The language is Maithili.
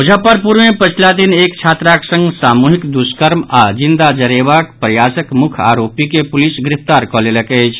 मुजफ्फरपुर मे पछिला दिन एक छात्राक संग सामूहिक दुष्कर्म आओर जिंदा जरेबाक प्रयासक मुख्य आरोपी के पुलिस गिरफ्तार कऽ लेलक अछि